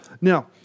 Now